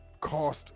cost